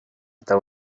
there